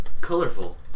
Colorful